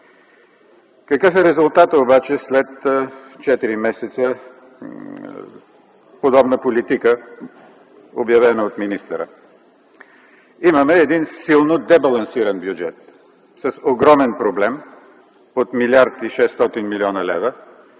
Какъв е резултатът обаче след четири месеца подобна политика, обявена от министъра? Имаме силно дебалансиран бюджет с огромен проблем – от 1,6 млрд.